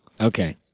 Okay